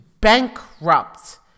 bankrupt